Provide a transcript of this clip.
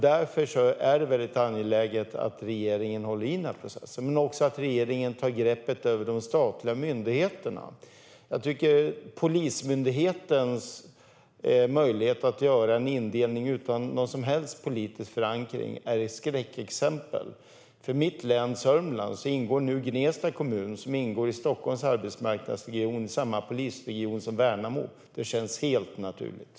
Därför är det mycket angeläget att regeringen håller i den här processen, men också att regeringen tar greppet över de statliga myndigheterna. Jag tycker att Polismyndighetens möjlighet att göra en indelning utan någon som helst politisk förankring är ett skräckexempel. När det gäller mitt län Sörmland ingår nu Gnesta kommun, som ingår i Stockholms arbetsmarknadsregion, i samma polisregion som Värnamo, och det känns ju helt naturligt.